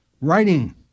writing